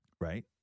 Right